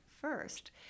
first